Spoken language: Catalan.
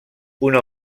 una